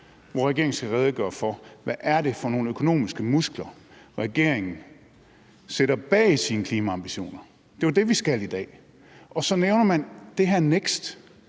hvor regeringen skal redegøre for, hvad det er for nogle økonomiske muskler, regeringen sætter bag sine klimaambitioner. Det er jo det, vi skal i dag. Og så nævner man det her